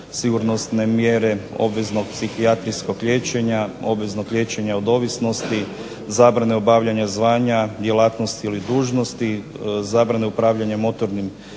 sigurnosne mjere obveznog psihijatrijskog liječenja obveznog liječenja o ovisnosti, zabrana obavljanja zvanja, djelatnosti ili dužnosti, zabrana upravljanja motornim